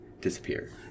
disappear